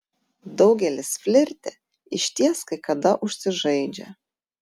daugelis flirte išties kai kada užsižaidžia